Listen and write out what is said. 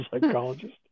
psychologist